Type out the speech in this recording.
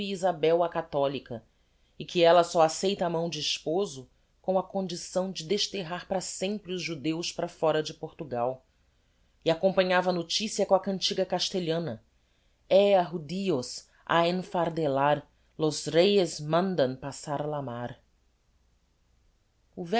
isabel a catholica e que ella só acceita a mão de esposo com a condição de desterrar para sempre os judeus para fóra de portugal e acompanhava a noticia com a cantiga castelhana ea judios á